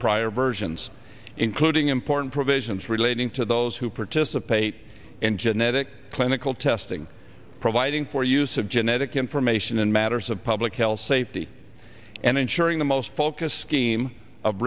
prior versions including important provisions relating to those who participate in genetic clinical testing providing for use of genetic information in matters of public health safety and ensuring the most focused scheme of